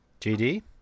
GD